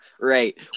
Right